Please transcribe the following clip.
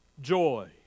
joy